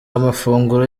amafunguro